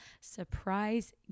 surprise